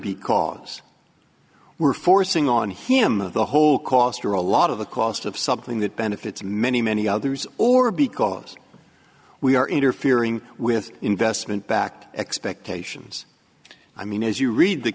because we're forcing on him the whole cost or a lot of the cost of something that benefits many many others or because we are interfering with investment back expectations i mean as you read the